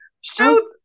shoot